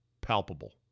palpable